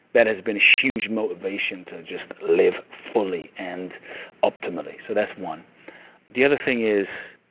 that has been a huge motivation to just live fully and optimally, so that's one the other thing is